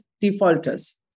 defaulters